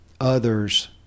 others